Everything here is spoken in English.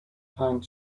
pine